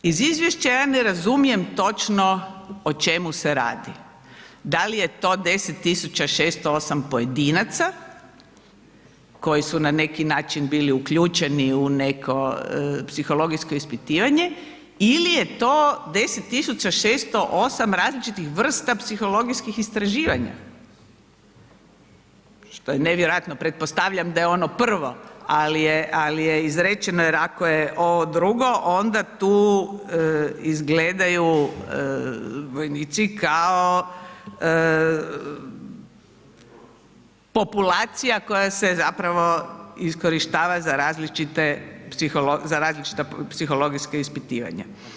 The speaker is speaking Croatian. Iz izvješća ja ne razumijem točno o čemu se radi, da li je to 10608 pojedinaca koji su na neki način bili uključeni u neko psihologijsko ispitivanje ili je to 10608 različitih vrsta psihologijskih istraživanja što je nevjerojatno, pretpostavljam da je ono prvo ali je izrečeno jer ako je ovo drugo onda tu izgledaju vojnici kao populacija koja se zapravo iskorištava za različita psihologijska ispitivanja.